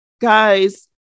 guys